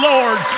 Lord